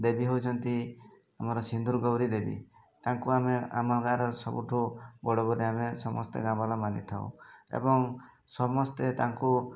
ଦେବୀ ହେଉଛନ୍ତି ଆମର ସିନ୍ଦୁର ଗୌରୀ ଦେବୀ ତାଙ୍କୁ ଆମେ ଆମ ଗାଁ'ର ସବୁଠୁ ବଡ଼ ବୋଧେ ଆମେ ସମସ୍ତେ ଗାଁ ବାଲା ମାନିଥାଉ ଏବଂ ସମସ୍ତେ ତାଙ୍କୁ